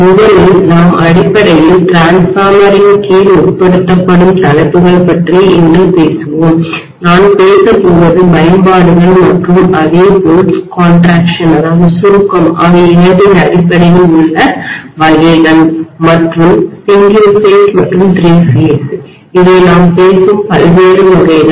முதலில் நாம் அடிப்படையில் டிரான்ஸ்ஃபார்மர் இன் கீழ் உட்படுத்தப்படும் தலைப்புகள் பற்றி இன்று பேசுவோம் நான் பேச போவது பயன்பாடுகள் அதேபோல் சுருக்கம் ஆகிய இரண்டின் அடிப்படையில்உள்ள வகைகள் மற்றும் சிங்கிள் பேஸ் மற்றும் திரி பேஸ் இவை நாம் பேசும் பல்வேறு வகைகள்